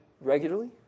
regularly